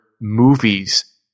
movies